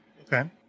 Okay